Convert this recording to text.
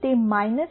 3341 બન્યું છે